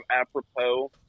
apropos